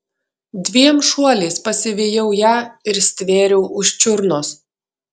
dviem šuoliais pasivijau ją ir stvėriau už čiurnos